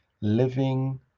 living